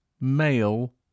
male